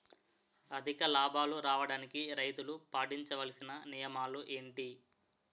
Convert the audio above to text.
అధిక లాభాలు రావడానికి రైతులు పాటించవలిసిన నియమాలు ఏంటి